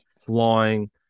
flying